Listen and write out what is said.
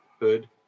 hood